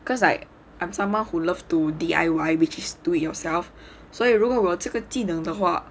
because like I''m someone who love to the D_I_Y which is do it yourself 所以如果这个技能的话